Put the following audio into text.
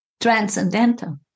transcendental